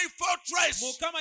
fortress